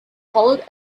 hollowed